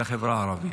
לחברה הערבית.